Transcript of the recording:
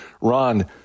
Ron